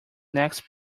next